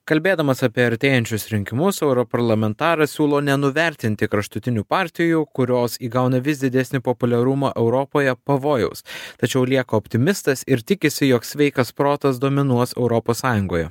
kalbėdamas apie artėjančius rinkimus europarlamentaras siūlo nenuvertinti kraštutinių partijų kurios įgauna vis didesnį populiarumą europoje pavojaus tačiau lieka optimistas ir tikisi jog sveikas protas dominuos europos sąjungoje